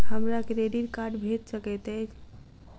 हमरा credit card भेट सकैत अछि?